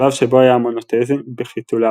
שלב שבו היה המונותאיזם בחיתוליו,